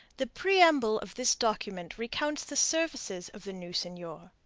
the preamble of this document recounts the services of the new seigneur.